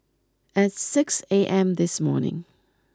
at six A M this morning